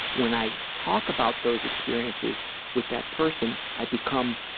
when i talk about those experiences with that person i become,